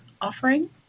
offering